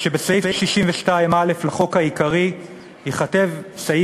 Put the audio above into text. שבסעיף 62א(א) לחוק העיקרי ייכתב בנוסף: